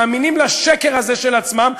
מאמינים לשקר הזה של עצמם,